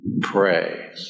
Pray